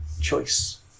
choice